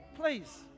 Please